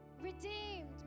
redeemed